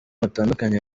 batandukanye